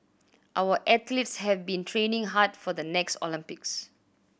our athletes have been training hard for the next Olympics